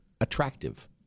attractive